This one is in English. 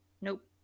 Nope